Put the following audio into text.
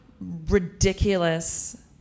ridiculous